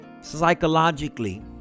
psychologically